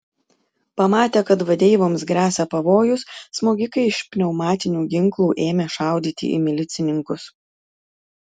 pamatę kad vadeivoms gresia pavojus smogikai iš pneumatinių ginklų ėmė šaudyti į milicininkus